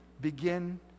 begin